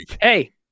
Hey